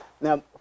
Now